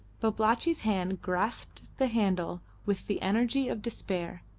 babalatchi's hand grasped the handle with the energy of despair,